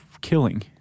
killing